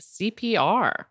CPR